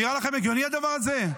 נראה לכם הגיוני הדבר הזה?